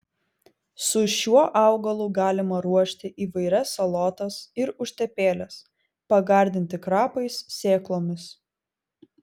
su šiuo augalu galima ruošti įvairias salotas ir užtepėles pagardinti krapais sėklomis